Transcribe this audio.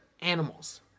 animals